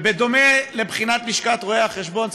בדומה לבחינת לשכת רואי החשבון.